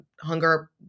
hunger